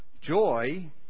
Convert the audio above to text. Joy